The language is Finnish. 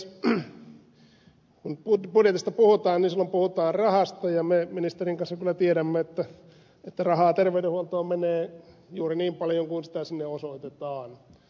kun budjetista puhutaan silloin puhutaan rahasta ja me ministerin kanssa kyllä tiedämme että rahaa terveydenhuoltoon menee juuri niin paljon kuin sitä sinne osoitetaan